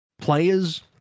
players